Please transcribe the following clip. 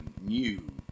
new